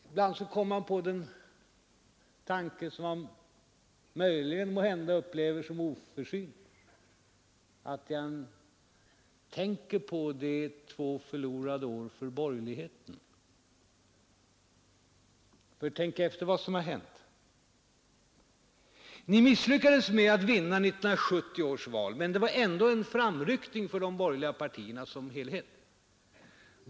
Ibland kommer man på den tanke som han måhända upplever som oförsynt: han tänker på de två förlorade åren för borgerligheten. Tänk efter vad som har hänt. Ni misslyckades med att vinna 1970 års val, men det var ändå en framryckning för de borgerliga partierna som helhet.